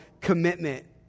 commitment